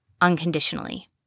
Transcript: unconditionally